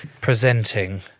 presenting